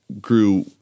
grew